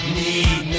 need